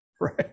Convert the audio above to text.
right